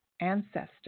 ancestor